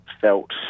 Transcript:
felt